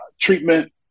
treatment